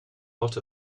lot